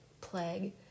Plague